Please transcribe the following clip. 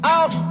Out